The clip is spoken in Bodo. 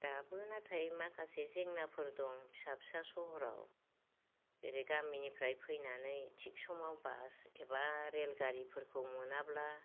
दाबो नाथाय माखासे जेंनाफोर दं फिसा फिसा सहराव जेरै गामिनिफ्राय फैनानै थिग समाव सह'राव बास एबा रेलगारिफोरखौ मोनाब्ला